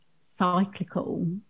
cyclical